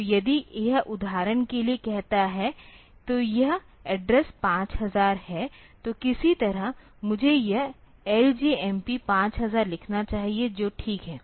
तो यदि यह उदाहरण के लिए कहता है तो यह एड्रेस5000 है तो किसी तरह मुझे यहां LJMP 5000 लिखना चाहिए जो ठीक है